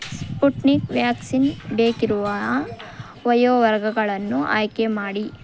Sputnik vaccine ಬೇಕಿರುವ ವಯೋವರ್ಗಗಳನ್ನು ಆಯ್ಕೆ ಮಾಡಿ